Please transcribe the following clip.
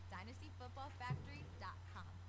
DynastyFootballFactory.com